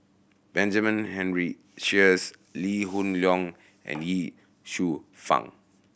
Benjamin Henry Sheares Lee Hoon Leong and Ye Shufang